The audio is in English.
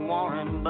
Warren